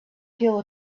kill